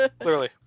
Clearly